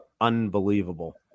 unbelievable